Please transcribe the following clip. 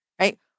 right